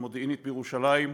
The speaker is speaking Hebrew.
המודיעינית, בירושלים.